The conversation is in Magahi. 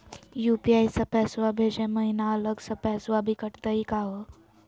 यू.पी.आई स पैसवा भेजै महिना अलग स पैसवा भी कटतही का हो?